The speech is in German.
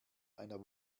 einer